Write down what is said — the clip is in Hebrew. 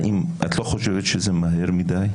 האם את לא חושבת שזה מהר מדי?